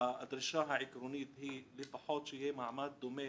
הדרישה העקרונית היא לפחות שיהיה מעמד דומה